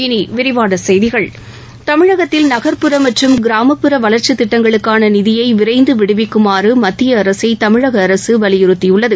இனி விரிவான செய்திகள் தமிழகத்தில் நகர்ப்புற மற்றும் கிராமப்புற வளர்ச்சித் திட்டங்களுக்கான நிதியை விரைந்து விடுவிக்குமாறு மத்திய அரசை தமிழக அரசு வலியுறுத்தியுள்ளது